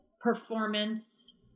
performance